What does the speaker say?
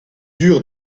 dur